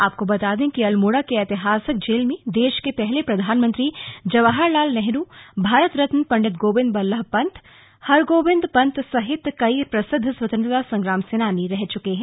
आपको बता दें कि अल्मोड़ा के ऐतिहासिक जेल में देश के पहले प्रधानमंत्री जवाहर लाल नेहरू भारत रत्न पंडित गोविन्द बल्लभ पन्त हरगोविन्द पन्त सहित कई प्रसिद्ध स्वतन्त्रता संग्राम सेनानी रह चुके हैं